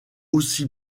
aussi